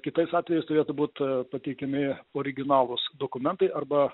kitais atvejais turėtų būt pateikiami originalūs dokumentai arba